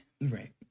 right